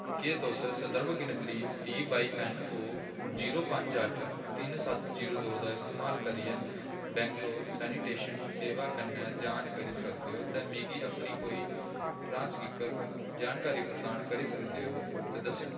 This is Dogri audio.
केह् तुस संदर्भ गिनतरी T by N O zero पंज अट्ठ तिन्न सत्त जीरो दो दा इस्तेमाल करियै बैंगलोर सैनिटेशन सेवा कन्नै जांच करी सकदे ओ ते मिगी अपनी कोई प्रासंगिक जानकारी प्रदान करी सकदे ओ ते दस्सेओ